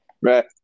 right